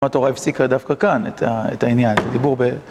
למה אתה רואה הפסיק דווקא כאן את העניין, לדיבור ב...